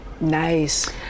Nice